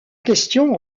question